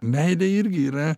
meilė irgi yra